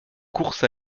course